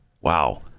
Wow